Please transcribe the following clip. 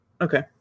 Okay